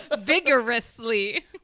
vigorously